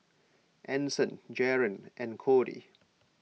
Anson Jaren and Cody